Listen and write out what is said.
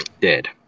dead